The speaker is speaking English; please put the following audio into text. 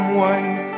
white